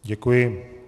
Děkuji.